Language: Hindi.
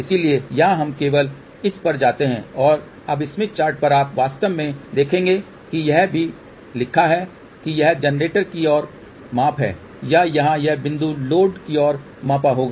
इसलिए यहां हम केवल इस पर जाते हैं और अब स्मिथ चार्ट पर आप वास्तव में देखेंगे कि यह भी लिखा है कि यह जनरेटर की ओर माप है या यहां यह बिंदु लोड की ओर मापा होगा